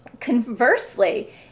Conversely